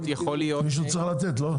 מישהו צריך לתת לא?